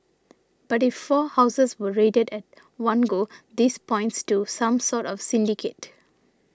but if four houses are raided at one go this points to some sort of syndicate